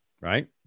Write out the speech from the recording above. right